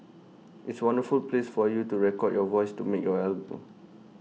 it's wonderful place for you to record your voice to make your album